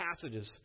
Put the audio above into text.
passages